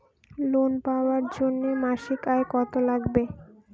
Loan পাবার জন্যে মাসিক আয় কতো লাগবে?